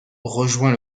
rejoint